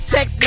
Sex